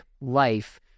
life